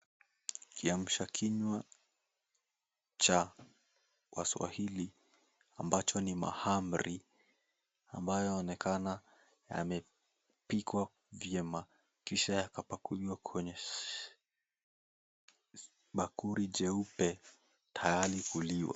Kiamsha kinywa cha waswahili ambacho ni mahamri ambayo yanayoonekana yamepikwa vyema kisha yakapakuliwa kwenye bakuli leupe tayari kuliwa.